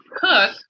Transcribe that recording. cook